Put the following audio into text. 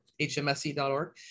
hmse.org